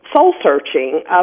soul-searching